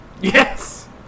Yes